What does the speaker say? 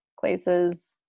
places